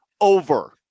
Over